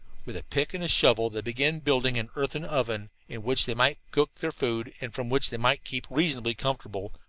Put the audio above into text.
with pick and shovel they began building an earthen oven, in which they might cook their food, and from which they might keep reasonably comfortable,